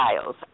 styles